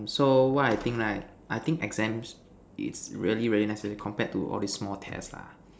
so what I think right I think exams is really really relaxed already compared to all these small test lah